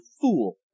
fool